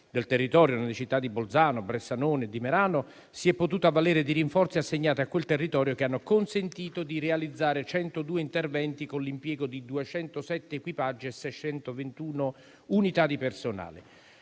del territorio nelle città di Bolzano, Bressanone e Merano si è potuta avvalere di rinforzi assegnati a quel territorio, che hanno consentito di realizzare 102 interventi, con l'impiego di 207 equipaggi e 621 unità di personale.